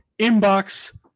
inbox